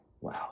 wow